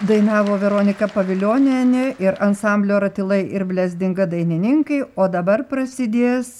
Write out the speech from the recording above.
dainavo veronika pavilionienė ir ansamblio ratilai ir blezdinga dainininkai o dabar prasidės